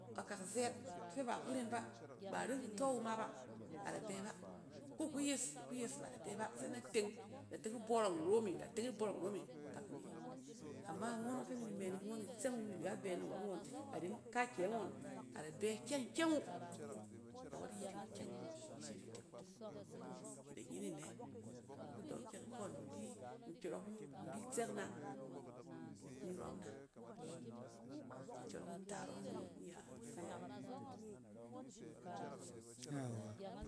Akak zɛɛt fɛ ba aku ren ba, ba aren kutↄ wu ma ba, ada bɛ ba ko ku yes, ku yes baa da bɛ ba se na teng da teng ibↄrↄng iro me kafin ni yit ama ngↄn yↄng fɛ ami di mɛ ni ngↄn, itsɛng wu mi risa ibɛ ni rↄm ngↄn a ren kaakyɛ ngↄn ada bɛ ikyɛng-kyɛng wu da wat iyit iwu kyɛk. ki shim di te kudan, ke da nyene anɛ duk idↄng kyɛk ifↄↄn. in di nkyↄrↄk ↄng in bi tsɛng na ni rↄm na. Nkyↄrↄk ntaat ↄng imi-imi rak in fɛ gↄng.